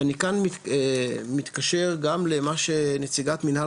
ואני כאן מתקשר גם למה שנציגת מינהל